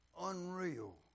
unreal